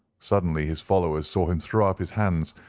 suddenly his followers saw him throw up his hands,